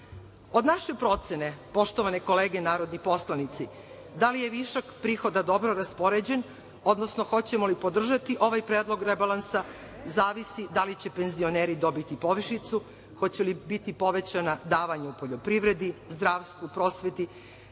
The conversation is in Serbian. naše procene, poštovane kolege narodni poslanici, da li je višak prihoda dobro raspoređen, odnosno hoćemo li podržati ovaj predlog rebalansa, zavisi da li će penzioneri dobiti povišicu, hoće li biti povećana davanja u poljoprivredi, zdravstvu, prosveti,